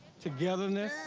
togetherness,